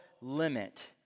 limit